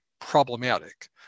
problematic